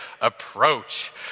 approach